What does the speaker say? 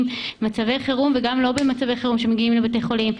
במצבי חירום וגם לא במצבי חירום כשמגיעים לבתי חולים.